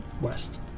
West